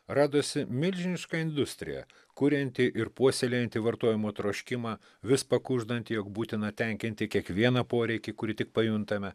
radosi milžiniška industrija kurianti ir puoselėjanti vartojimo troškimą vis pakuždant jog būtina tenkinti kiekvieną poreikį kurį tik pajuntame